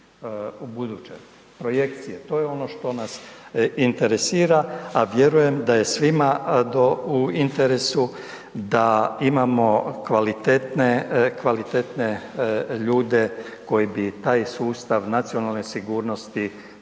ubuduće. Projekcije, to je ono što nas interesira, a vjerujem da je svima do, u interesu da imamo kvalitetne, kvalitetne ljude koji bi taj sustav nacionalne sigurnosti koji